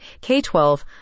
k-12